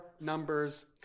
numbers